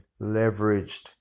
leveraged